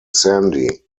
sandy